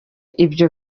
ibyo